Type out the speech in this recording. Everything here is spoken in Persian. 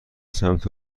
سمت